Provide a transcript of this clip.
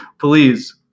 please